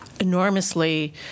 enormously